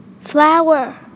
Flower